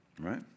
right